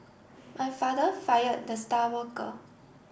my father fired the star worker